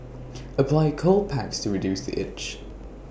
apply cold packs to reduce the itch